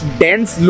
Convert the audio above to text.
dense